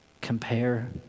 Compare